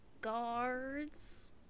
guards